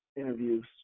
interviews